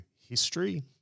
history